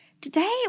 Today